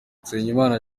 nsengimana